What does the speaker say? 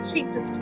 Jesus